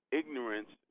ignorance